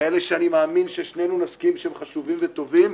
כאלה שאני מאמין ששנינו נסכים שהם חשובים וטובים,